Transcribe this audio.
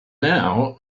now